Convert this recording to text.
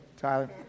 Tyler